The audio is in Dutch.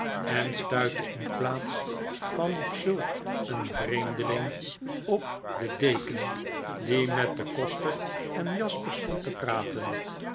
en stuitte in plaats van op zulk een vreemdeling op den deken die met den koster en jasper stond te praten